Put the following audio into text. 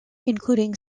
including